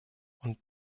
und